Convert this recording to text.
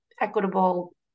equitable